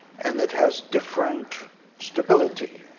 and it has different stability.